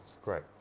Great